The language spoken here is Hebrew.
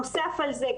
נוסף על זה,